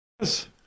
Yes